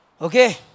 Okay